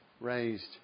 raised